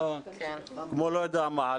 כמו לא יודע מה.